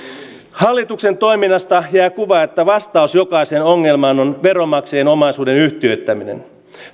hallituksen toiminnasta jää kuva että vastaus jokaiseen ongelmaan on veronmaksajien omaisuuden yhtiöittäminen